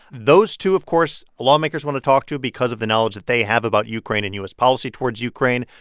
those two, of course, lawmakers want to talk to because of the knowledge that they have about ukraine and u s. policy towards ukraine,